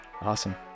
Awesome